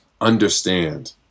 understand